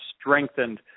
strengthened